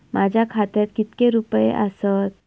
माझ्या खात्यात कितके रुपये आसत?